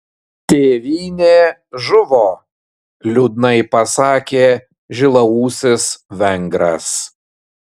tėvynė žuvo liūdnai pasakė žilaūsis vengras